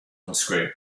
unscrew